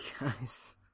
guys